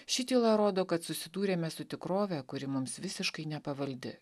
ši tyla rodo kad susidūrėme su tikrove kuri mums visiškai nepavaldi